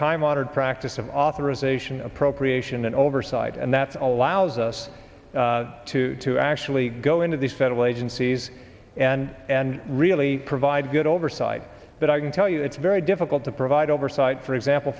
time honored practice of authorization appropriation and oversight and that allows us to to actually go into these federal agencies and and really provide good oversight but i can tell you it's very difficult to provide oversight for example